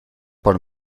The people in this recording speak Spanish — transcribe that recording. por